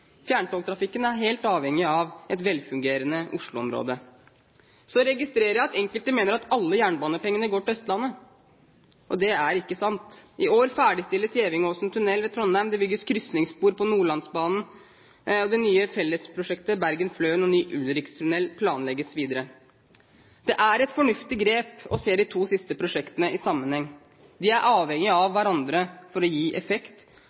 Fjerntogtrafikken er helt avhengig av et velfungerende Oslo-område. Så registrerer jeg at enkelte mener alle jernbanepengene går til Østlandet. Det er ikke sant. I år ferdigstilles Gevingåsen tunnel ved Trondheim. Det bygges krysningsspor på Nordlandsbanen. Det nye fellesprosjektet Bergen–Fløen og ny Ulrikstunnel planlegges videre. Det er et fornuftig grep å se de to siste prosjektene i sammenheng. De er avhengig av hverandre for å gi effekt,